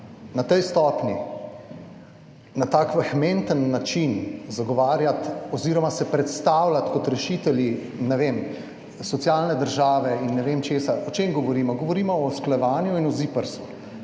Na tej stopnji, na tak vehementen način zagovarjati oziroma se predstavljati kot rešitelji socialne države in ne vem česa. O čem govorimo? Govorimo o usklajevanju in o ZIPRS,